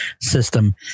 system